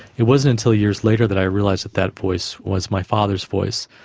it wasn't until years later that i realised that that voice was my father's voice.